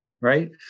right